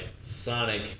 Sonic